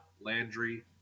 Landry